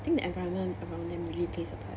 I think the environment around them really plays a part